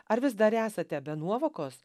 ar vis dar esate be nuovokos